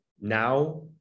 now